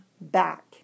back